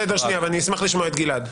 בסדר שנייה, אבל אני אשמח לשמוע את גלעד.